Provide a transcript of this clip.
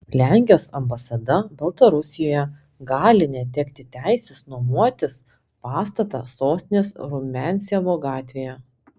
lenkijos ambasada baltarusijoje gali netekti teisės nuomotis pastatą sostinės rumiancevo gatvėje